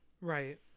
Right